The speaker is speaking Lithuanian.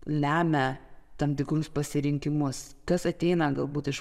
lemia tam tikrus pasirinkimus kas ateina galbūt iš